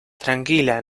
tranquila